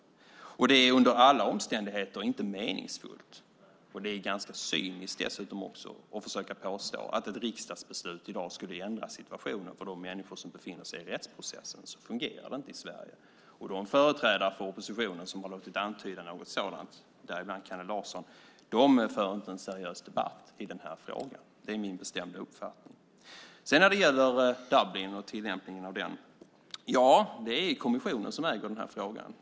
Det är under alla omständigheter inte meningsfullt. Det är dessutom ganska cyniskt att försöka påstå att ett riksdagsbeslut i dag skulle ändra situationen för de människor som befinner sig i rättsprocessen. Så fungerar det inte i Sverige. De företrädare för oppositionen som har låtit antyda något sådant, däribland Kalle Larsson, för inte en seriös debatt i den här frågan. Det är min bestämda uppfattning. När det gäller Dublin och tillämpningen av den förordningen är det kommissionen som äger den frågan.